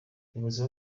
ubuyobozi